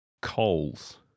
coals